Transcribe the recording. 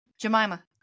Jemima